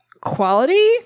quality